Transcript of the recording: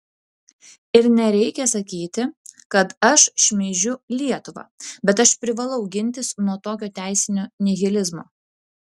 ir nereikia sakyti kad aš šmeižiu lietuvą bet aš privalau gintis nuo tokio teisinio nihilizmo